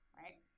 right